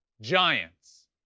Giants